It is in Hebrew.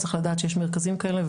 צריך לדעת שיש מרכזים כאלה,